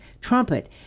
trumpet